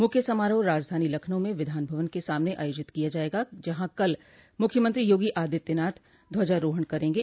मुख्य समारोह राजधानी लखनऊ में विधानभवन के सामने आयोजित किया जायेगा जहां कल मूख्यमंत्री योगी आदित्यनाथ ध्वजारोहण करेंगे